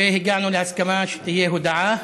והגענו להסכמה שתהיה הודעה,